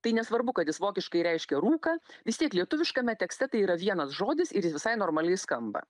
tai nesvarbu kad jis vokiškai reiškia rūką vis tiek lietuviškame tekste tai yra vienas žodis ir jis visai normaliai skamba